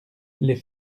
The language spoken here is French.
les